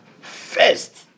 first